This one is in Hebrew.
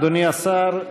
אדוני השר,